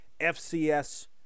FCS